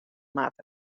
moatte